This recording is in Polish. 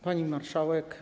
Pani Marszałek!